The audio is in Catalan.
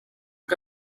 que